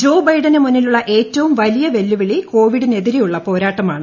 ജോ ബൈഡന് മുന്നിലുള്ള ഏറ്റവും വലിയ വെല്ലുവിളി കൊവിഡിനെതിരെയുള്ള പോരാട്ടമാണ്